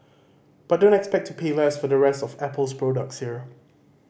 but don't expect to pay less for the rest of Apple's products here